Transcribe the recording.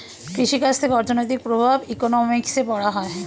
কৃষি কাজ থেকে অর্থনৈতিক প্রভাব ইকোনমিক্সে পড়া হয়